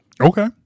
Okay